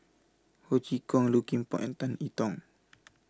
Ho Chee Kong Low Kim Pong and Tan I Tong